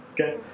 Okay